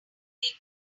that